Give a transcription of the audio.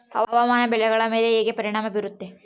ಹವಾಮಾನ ಬೆಳೆಗಳ ಮೇಲೆ ಹೇಗೆ ಪರಿಣಾಮ ಬೇರುತ್ತೆ?